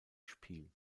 spiel